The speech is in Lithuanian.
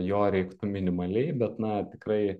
jo reiktų minimaliai bet na tikrai